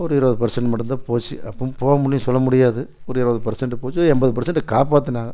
ஒரு இருபது பர்சென்ட் மட்டும்தான் போச்சு அப்போவும் போக முடியும்னு சொல்ல முடியாது ஒரு இருபது பர்சென்ட் போச்சு எண்பது பர்சென்ட் காப்பாற்றினாங்க